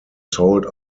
sold